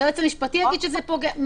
היועץ המשפטי יגיד שזה פוקע?